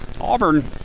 Auburn